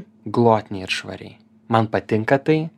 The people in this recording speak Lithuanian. glotniai ir švariai man patinka tai